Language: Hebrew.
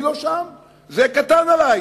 אני לא שם, זה קטן עלי.